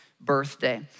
birthday